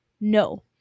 No